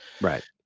Right